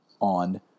on